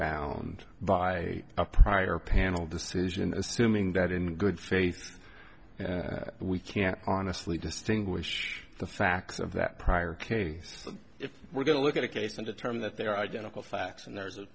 bound by a prior panel decision assuming that in good faith we can't honestly distinguish the facts of that prior case if we're going to look at a case of the term that they're identical facts and there's a